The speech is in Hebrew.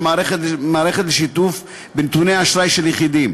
מערכת לשיתוף בנתוני אשראי של יחידים.